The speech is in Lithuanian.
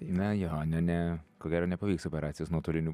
na jo ne ne ko gero nepavyks operacijos nuotoliniu